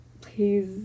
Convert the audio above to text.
please